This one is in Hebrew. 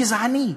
זה ייהוד גזעני,